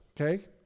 okay